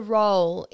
role